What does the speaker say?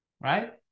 right